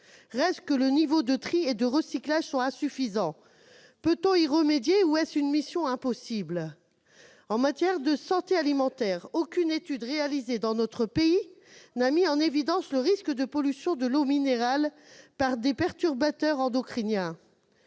Reste que les niveaux de tri et de recyclage sont insuffisants. En matière de santé alimentaire, aucune étude réalisée dans notre pays n'a mis en évidence le risque de pollution de l'eau minérale par des perturbateurs endocriniens.